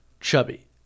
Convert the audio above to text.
Chubby